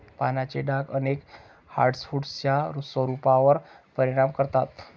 पानांचे डाग अनेक हार्डवुड्सच्या स्वरूपावर परिणाम करतात